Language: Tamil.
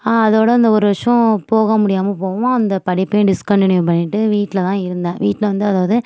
அதோட அந்த ஒரு வருஷம் போக முடியாமல் போகவும் அந்த படிப்பயே டிஸ்கன்டினியூ பண்ணிவிட்டு வீட்டில தான் இருந்தேன் வீட்டில வந்து அதாவது